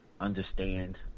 understand